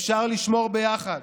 אפשר לשמור ביחד